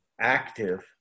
active